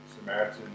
Samaritan